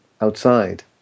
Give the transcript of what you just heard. outside